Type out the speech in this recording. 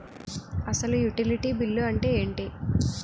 అసలు utility bill అంతే ఎంటి?